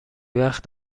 وقت